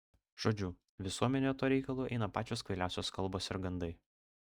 žodžiu visuomenėje tuo reikalu eina pačios kvailiausios kalbos ir gandai